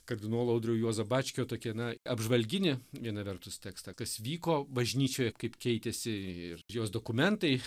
kardinolo audrio juozo bačkio tokį na apžvalginį viena vertus tekstą kas vyko bažnyčioje kaip keitėsi ir jos dokumentai